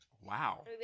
Wow